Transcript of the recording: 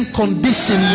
condition